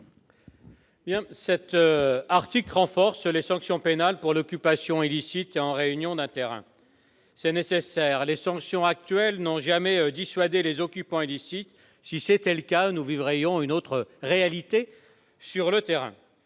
Cet article, qui renforce les sanctions pénales en cas d'occupation illicite en réunion d'un terrain, est nécessaire. Les sanctions actuelles n'ont jamais dissuadé les occupants illicites. Si tel était le cas, nous vivrions une autre réalité dans